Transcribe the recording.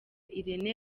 irene